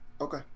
Okay